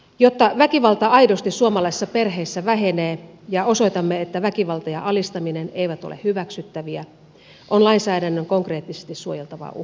jotta väkivalta aidosti suomalaisissa perheissä vähenee ja osoitamme että väkivalta ja alistaminen eivät ole hyväksyttäviä on lainsäädännön konkreettisesti suojeltava uhria